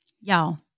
Y'all